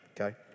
Okay